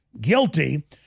guilty